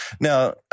Now